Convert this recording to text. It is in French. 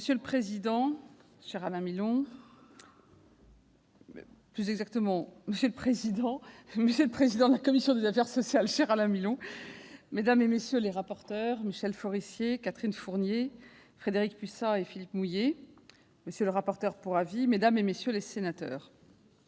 sociales, cher Alain Milon, mesdames, messieurs les rapporteurs Michel Forissier, Catherine Fournier, Frédérique Puissat et Philippe Mouiller, monsieur le rapporteur pour avis, mesdames, messieurs les sénateurs,